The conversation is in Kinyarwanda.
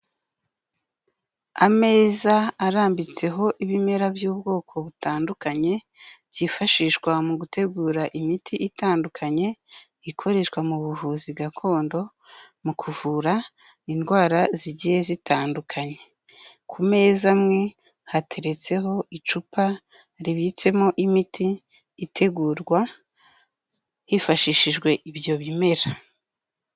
Ameza arambitseho ibimera by'ubwoko butandukanye, byifashishwa mu gutegura imiti itandukanye ikoreshwa mu buvuzi gakondo mu kuvura indwara zigiye zitandukanye. Ku meza amwe hateretseho icupa ribitsemo imiti itegurwa hifashishijwe ibyo bimera.